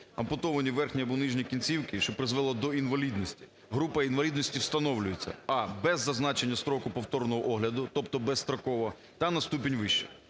ампутовані верхні або нижні кінцівки, що призвело до інвалідності, група інвалідності встановлюється: а) без зазначення строку повторного огляду, тобто безстроково, та на ступінь вище.